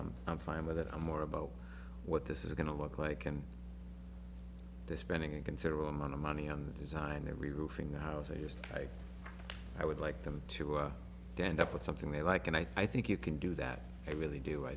it i'm fine with it i'm more about what this is going to look like and this spending a considerable amount of money on the design every roofing the house i used i would like them to bend up with something they like and i think you can do that i really do i